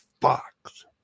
Fox